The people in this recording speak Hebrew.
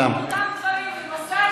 סליחה, אדוני.